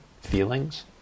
feelings